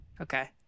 okay